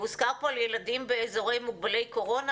הוזכר פה על ילדים באזורים מוגבלי קורונה.